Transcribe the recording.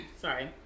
Sorry